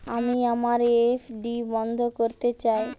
আমি আমার এফ.ডি বন্ধ করতে চাই